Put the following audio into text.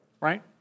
Right